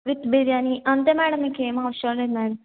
with biryani అంతే madam ఇంకేం అవసరం లేదు మేడం